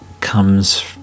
comes